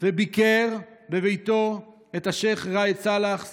וביקר בביתו את השייח' ראאד סלאח.